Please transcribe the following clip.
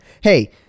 Hey